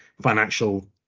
financial